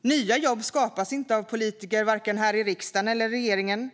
Nya jobb skapas inte av politiker vare sig här i riksdagen eller i regeringen.